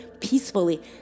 peacefully